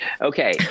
Okay